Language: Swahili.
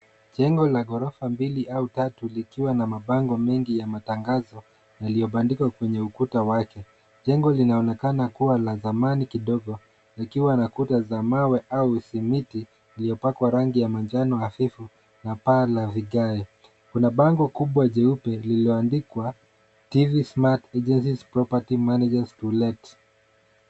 Jengo la ghorofa mbili au tatu likiwa na mabango mengi ya matangazo, yaliyobandika kwenye ukuta wake. Jengo linaonekana kuwa la zamani kidogo, likiwa na kuta za mawe au simiti, iliyopakwa rangi ya manjano hafifu, na paa na vigae. Kuna bango kubwa jeupe lililoandikwa, TV Smart Agencies Property Managers To Let.